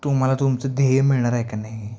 तुम्हाला तुमचं ध्येय मिळणार आहे का नाही